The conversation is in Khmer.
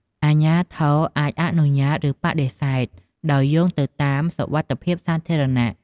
អាជ្ញាធរអាចអនុញ្ញាត ឬបដិសេធ ដោយយោងទៅតាមសុវត្ថិភាពសាធារណៈ។